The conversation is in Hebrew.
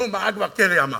נו, מה כבר קרי אמר?